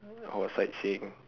oh sightseeing